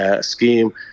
scheme